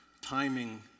timing